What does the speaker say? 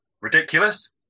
Ridiculous